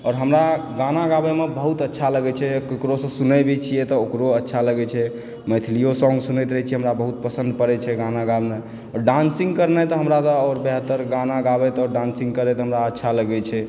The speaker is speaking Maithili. आओर हमरा गाना गाबयमे बहुत अच्छा लागै छै ककरोसे सुनय भी छियै तऽ ओकरो अच्छा लगै छै मैथिलिओ सॉन्ग सुनैत रहय छी हमरा बहुत पसन्द पड़ै छै गाना गबनाइ आओर डान्सिंग करनाइ तऽ हमरा आओर जादातर गाना गाबैत आओर डान्सिंग करैत हमरा अच्छा लगय छै